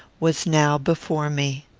was now before me.